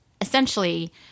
essentially